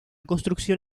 construcción